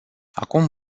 acum